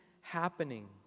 happening